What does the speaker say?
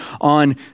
on